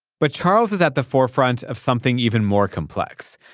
but charles is at the forefront of something even more complex.